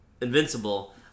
Invincible